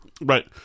right